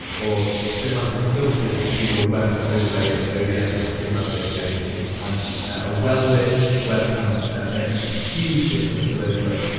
or cinematic filters, to your webcam overlay in obs or streamlabs obs, and a well-lit webcam makes a huge difference for those luts.